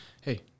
Hey